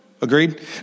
Agreed